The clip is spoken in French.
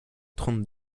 trente